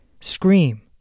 Scream